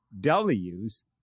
Ws